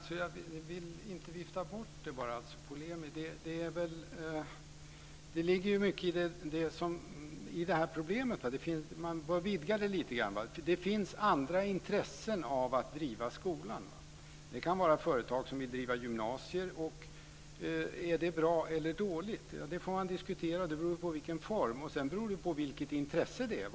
Herr talman! Jag vill inte bara polemiskt vifta bort det. Det ligger mycket i det här problemet. Man bör vidga det litet. Det finns andra intressen för att driva skolan. Det kan vara företag som vill driva gymnasier. Är det bra eller dåligt? Det får man diskutera. Det beror på i vilken form och vilket intresse det är.